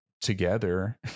together